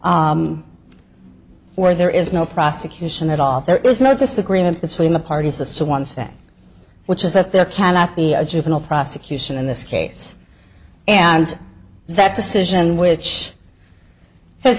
where there is no prosecution at all there is no disagreement between the parties as to one thing which is that there cannot be a juvenile prosecution in this case and that decision which has